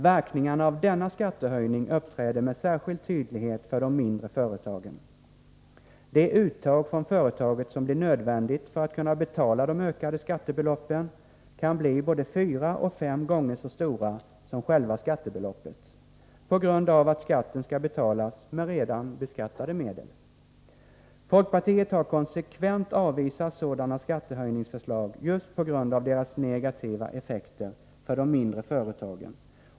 Verkningarna av denna skattehöjning uppträder med särskild tydlighet för de mindre företagen. Det uttag från företaget som blir nödvändigt för att betala de ökade skattebeloppen kan bli både fyra och fem gånger så stort som själva skattebeloppet på grund av att skatten skall betalas med redan beskattade medel. Folkpartiet har konsekvent avvisat sådana skattehöjningsförslag just på grund av deras negativa effekter för de mindre företagen.